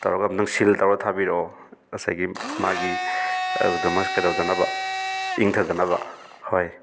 ꯇꯧꯔꯒ ꯑꯝꯇꯪ ꯁꯤꯜ ꯇꯧꯔꯒ ꯊꯥꯕꯤꯔꯛꯑꯣ ꯉꯁꯥꯏꯒꯤ ꯃꯥꯒꯤ ꯀꯩꯗꯧꯗꯅꯕ ꯏꯪꯊꯗꯅꯕ ꯍꯣꯏ